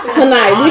tonight